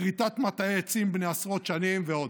כריתת מטעי עצים בני עשרות שנים ועוד.